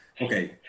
Okay